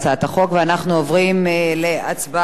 אנחנו עוברים להצבעה שמית